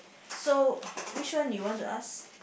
so which one you want to ask